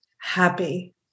happy